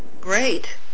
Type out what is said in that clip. Great